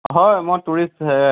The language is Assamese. হয় মই টুৰিষ্ট